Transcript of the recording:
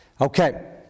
Okay